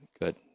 good